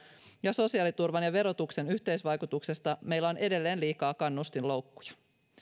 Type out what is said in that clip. ja sosiaaliturvan ja verotuksen yhteisvaikutuksesta meillä on edelleen liikaa kannustinloukkuja